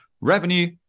revenue